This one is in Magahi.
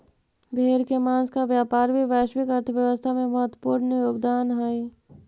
भेड़ के माँस का व्यापार भी वैश्विक अर्थव्यवस्था में महत्त्वपूर्ण योगदान हई